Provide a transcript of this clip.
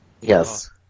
Yes